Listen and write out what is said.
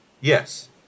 Yes